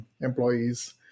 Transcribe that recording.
employees